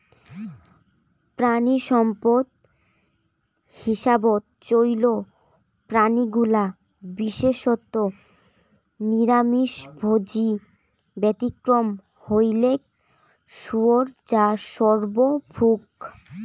প্রাণীসম্পদ হিসাবত চইল প্রাণীগুলা বিশেষত নিরামিষভোজী, ব্যতিক্রম হইলেক শুয়োর যা সর্বভূক